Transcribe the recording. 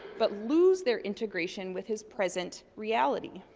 but lose their integration with his present reality.